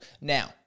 Now